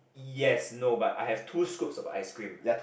yes no but I have two scoops of ice cream